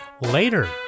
Later